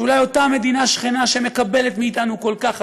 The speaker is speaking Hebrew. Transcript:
שאולי אותה מדינה שכנה, שמקבלת מאיתנו כל כך הרבה,